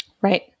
Right